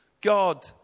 God